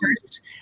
first